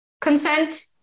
consent